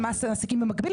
הם למעשה מעסיקים במקביל,